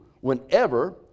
whenever